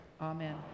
Amen